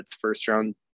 first-round